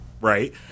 right